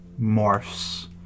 morphs